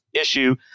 issue